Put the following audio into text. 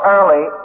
Early